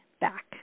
back